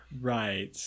right